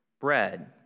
bread